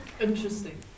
Interesting